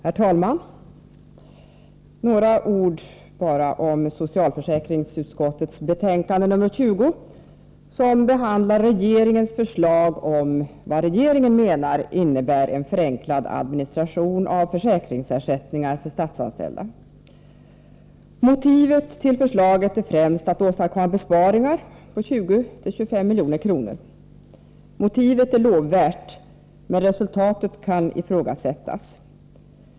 Herr talman! Några ord bara om socialförsäkringsutskottets betänkande 20, som behandlar regeringens förslag om vad regeringen menar innebär en förenklad administration av försäkringsersättningar för statsanställda. Motivet till förslaget är främst att åstadkomma besparingar på 20-25 milj.kr. Det motivet är lovvärt, men resultatet kan ifrågasättas.